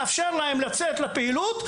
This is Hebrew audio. מאפשרים להם לצאת לפעילות,